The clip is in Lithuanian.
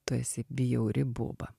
tu esi bjauri boba